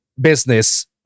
business